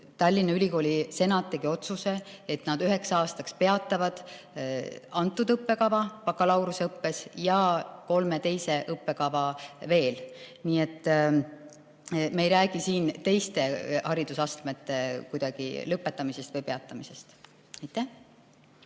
Tallinna Ülikooli senat tegi otsuse, et nad üheks aastaks peatavad selle õppekava bakalaureuseõppe ja kolme teise õppekava oma veel. Me ei räägi siin teiste haridusastmete lõpetamisest või peatamisest. Aitäh!